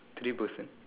three person